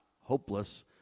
hopeless